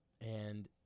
and-